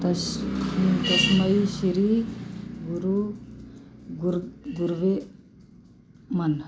ਤਸ਼ ਤਸਮੈ ਸ਼੍ਰੀ ਗੁਰੂ ਗੁਰ ਗੁਰੂਵੇ ਨਮਹ